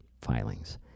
filings